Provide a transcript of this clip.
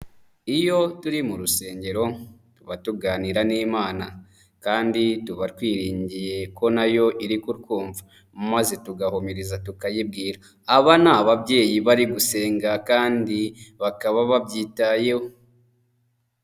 Iyo turi mu rusengero tuba tuganira n'Imana kandi tuba twiringiye ko nayo iri kutwumva maze tugahumiriza tukayibwira. Aba ni ababyeyi bari gusenga kandi bakaba babyitayeho.